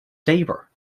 sabre